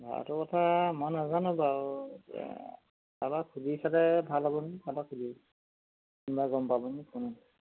যোৱাটো কথা মই নাজানো বাৰু কাৰোবাক সুধি চালে ভাল হ'ব নি কাৰোবাক সুধিবি কোনোবাই গম পাব নেকি কোনোবাই